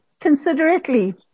considerately